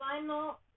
final